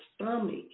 stomach